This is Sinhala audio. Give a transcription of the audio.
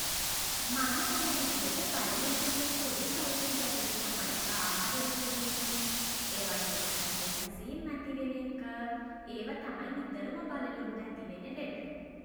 මං දන්න විදිහට බළලුන්ට තියෙන පොදු සෞඛ්‍ය ගැටලු තමයි ආහාර විෂ වීම් ඒ වගේම ඇගේ කැසීම් ඇති වෙන එක. ඒව තමයි නිතරම බළලුන්ට ඇතිවෙන ලෙඩ.